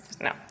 No